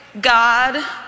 God